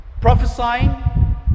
Prophesying